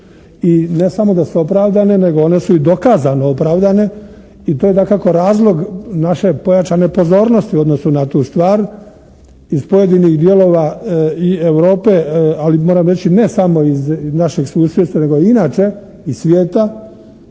I ne samo da su opravdane nego one su i dokazano opravdane i to je dakako razlog naše pojačane pozornosti u odnosu na tu stvar. Iz pojedinih dijelova i Europe ali moram reći i ne samo iz našeg susjedstva nego i inače iz svijeta